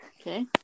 Okay